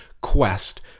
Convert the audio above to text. quest